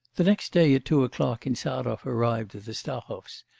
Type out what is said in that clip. the next day at two o'clock insarov arrived at the stahovs'.